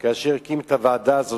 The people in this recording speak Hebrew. היא בהחלט נבונה כאשר הקים את הוועדה הזאת,